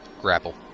Grapple